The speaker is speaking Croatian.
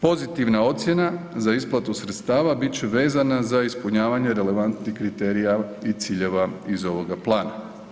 Pozitivna ocjena za isplatu sredstava bit će vezana za ispunjavanje relevantnih kriterija i ciljeva iz ovoga plana.